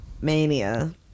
mania